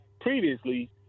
previously